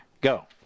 go